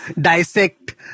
dissect